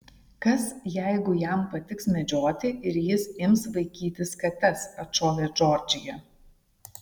kas jeigu jam patiks medžioti ir jis ims vaikytis kates atšovė džordžija